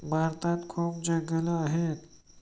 भारतात खूप जंगलं आहेत